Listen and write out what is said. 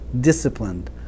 disciplined